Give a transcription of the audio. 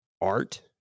art